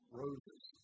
roses